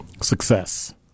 Success